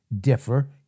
differ